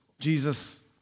Jesus